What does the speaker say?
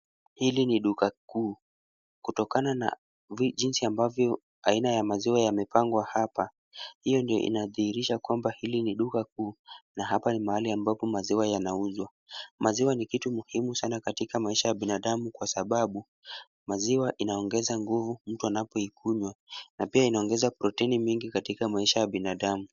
Hili ni duka kuu kutokana na jinsi ambavyo aina ya maziwa yamepangwa hapa. Hiyo ndio inadhihirisha kwamba hili ni duka kuu na hapa ni mahali ambapo maziwa yanauzwa. Maziwa ni kitu muhimu sana katika maisha ya binadamu kwa sababu maziwa inaongeza nguvu mtu anapoikunywa na pia inaongeza protini mingi katika maisha ya binadamu.